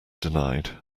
denied